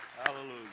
Hallelujah